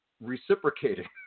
reciprocating